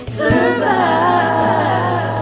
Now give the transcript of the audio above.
survive